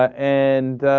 and